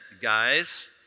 guys